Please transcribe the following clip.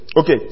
Okay